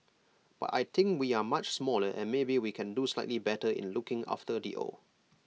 but I think we are much smaller and maybe we can do slightly better in looking after the old